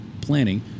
planning